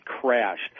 crashed